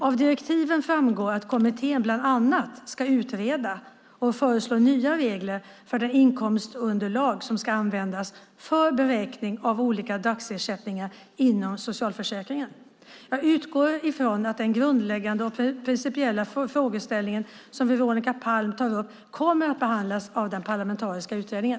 Av direktiven framgår att kommittén bland annat ska utreda och föreslå nya regler för det inkomstunderlag som ska användas för beräkning av olika dagersättningar inom socialförsäkringen. Jag utgår ifrån att den grundläggande och principiella frågeställning som Veronica Palm tar upp kommer att behandlas av den parlamentariska utredningen.